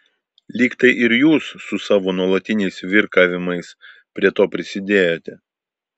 lyg tai ir jūs su savo nuolatiniais virkavimais prie to prisidėjote